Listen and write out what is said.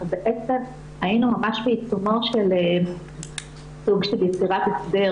--- היינו ממש בעיצומו של סוג של יצירת הסדר